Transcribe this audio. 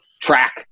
track